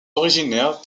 originaires